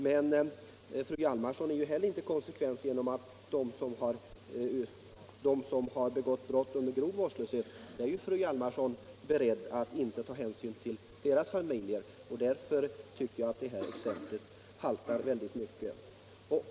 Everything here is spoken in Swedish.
Men fru Hjalmarsson är inte konsekvent; hon är inte beredd att ta hänsyn till familjerna till dem som har begått brott genom grov vårdslöshet.